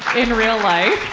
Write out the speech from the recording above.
in real life.